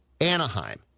Anaheim